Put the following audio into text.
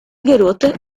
garota